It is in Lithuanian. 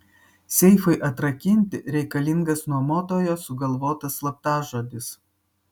seifui atrakinti reikalingas nuomotojo sugalvotas slaptažodis